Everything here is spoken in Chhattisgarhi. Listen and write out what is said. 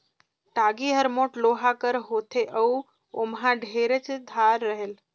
टागी हर मोट लोहा कर होथे अउ ओमहा ढेरेच धार रहेल